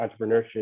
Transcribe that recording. entrepreneurship